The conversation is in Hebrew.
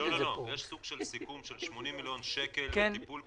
נכון לעכשיו, יש פה סימן שאלה גדול,